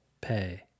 pay